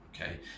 okay